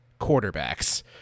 quarterbacks